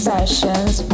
Sessions